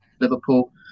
Liverpool